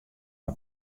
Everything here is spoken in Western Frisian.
mei